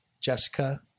Jessica